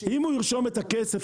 אם הוא ירשום את הכסף,